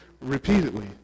repeatedly